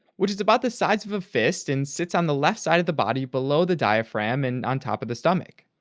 which is about the size of a fist, and sits on the left side of the body below the diaphragm and on top of the stomach.